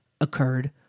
occurred